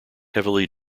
heavily